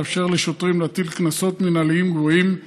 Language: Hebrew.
תאפשר לשוטרים להטיל קנסות מנהליים גבוהים,